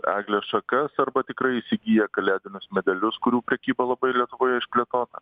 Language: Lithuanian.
eglės šakas arba tikrai įsigyja kalėdinius medelius kurių prekyba labai lietuvoje išplėtota